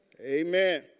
Amen